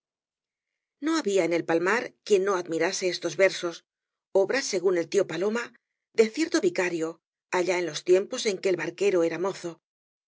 no había en el palmar quien no admirase estos versos obra según el tío paloma de cierto vicario allá en los tiempos en que el barquero era mozo